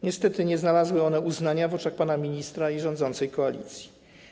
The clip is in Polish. Niestety nie znalazły one uznania w oczach pana ministra i rządzącej koalicji.